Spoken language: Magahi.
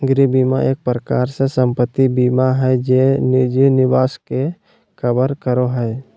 गृह बीमा एक प्रकार से सम्पत्ति बीमा हय जे निजी निवास के कवर करो हय